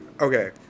Okay